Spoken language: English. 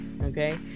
Okay